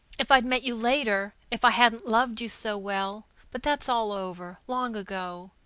if i'd met you later, if i hadn't loved you so well but that's all over, long ago.